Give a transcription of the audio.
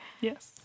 Yes